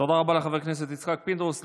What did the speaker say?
תודה רבה לחבר הכנסת יצחק פינדרוס.